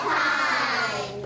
time